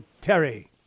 terry